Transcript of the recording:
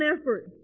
effort